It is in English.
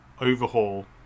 overhaul